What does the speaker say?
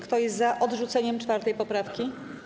Kto jest za odrzuceniem 4. poprawki?